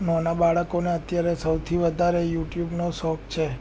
નાના બાળકોને અત્યારે સૌથી વધારે યુ ટ્યૂબ નો શોખ છે